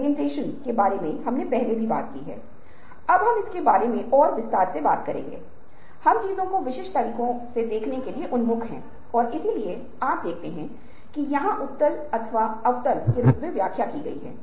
ईंट का उपयोग आम तौर पर दीवार के निर्माण के लिए किया जाता है यह एक पारंपरिक उपयोग है